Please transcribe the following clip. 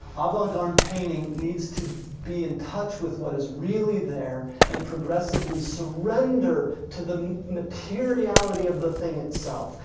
avant-garde and painting needs to be in touch with what is really there and progressively surrender to the materiality of the thing itself,